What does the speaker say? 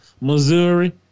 Missouri